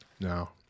No